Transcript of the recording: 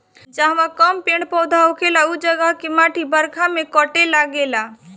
जहवा कम पेड़ पौधा होखेला उ जगह के माटी बरखा में कटे लागेला